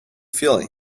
feeling